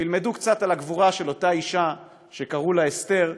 וילמדו קצת על הגבורה של אותה אישה שקראו לה אסתר,